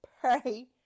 pray